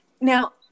Now